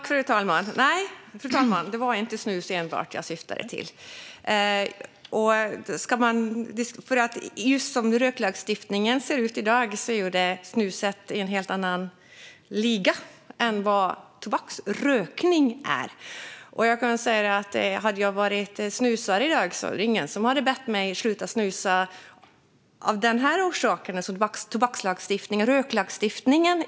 Fru talman! Nej, det var inte enbart snus jag syftade på. Så som lagstiftningen ser ut i dag spelar snuset i en helt annan liga än tobaksrökning. Om jag hade varit snusare hade ingen bett mig att sluta snusa på grund av det som står i lagstiftningen.